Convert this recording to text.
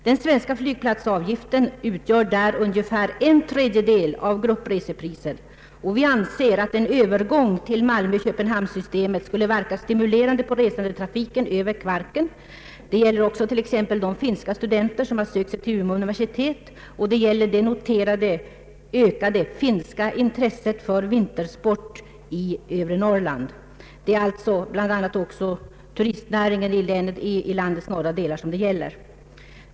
Den svenska flygplatsavgiften där utgör ungefär en tredjedel av gruppresepriset. Vi anser att en övergång till Malmö—Köpenhamn-systemet skulle verka stimulerande på flygtrafiken över Kvarken. Det gäller t.ex. även de finska studenter som har sökt sig till Umeå universitet, och det gäller det noterade ökade finska intresset för vintersport i övre Norrland. Det har alltså betydelse även för turistnäringen i landets norra delar.